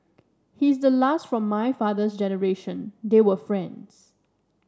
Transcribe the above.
he's the last from my father's generation they were friends